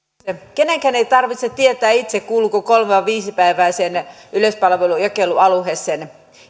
kenenkään ei tarvitse tietää itse kuuluuko kolme vai viisipäiväiseen yleispalvelujakelualueeseen